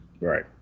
Right